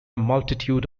multitude